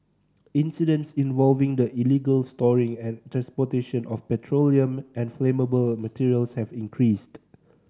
incidents involving the illegal storing and transportation of petroleum and flammable materials have increased